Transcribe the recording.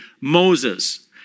Moses